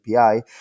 API